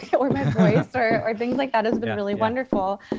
yeah or my voice or or things like that has been really wonderful.